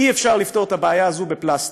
אי-אפשר לפתור את הבעיה הזאת בפלסטר.